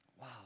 Wow